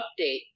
update